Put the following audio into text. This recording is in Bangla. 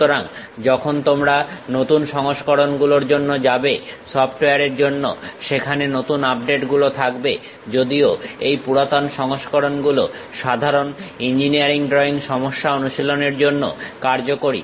সুতরাং যখন তোমরা নতুন সংস্করণগুলোর জন্য যাবে সফটওয়্যারের জন্য সেখানে নতুন আপডেট গুলো থাকবে যদিও এই পুরাতন সংস্করণগুলো সাধারণ ইঞ্জিনিয়ারিং ড্রইং সমস্যা অনুশীলনের জন্য কার্যকরী